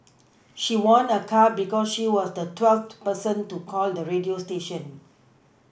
she won a car because she was the twelfth person to call the radio station